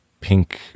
pink